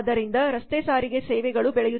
ಆದ್ದರಿಂದ ರಸ್ತೆ ಸಾರಿಗೆ ಸೇವೆಗಳೂ ಬೆಳೆಯುತ್ತಿವೆ